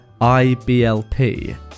IBLP